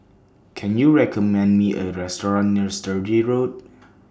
Can YOU recommend Me A Restaurant near Sturdee Road